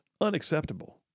unacceptable